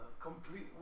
Complete